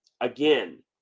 Again